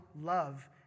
love